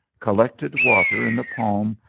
collected water in the palm,